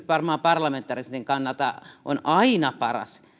varmaan parlamentarismin kannalta on aina paras